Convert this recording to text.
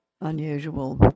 unusual